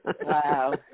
Wow